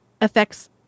affects